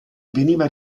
veniva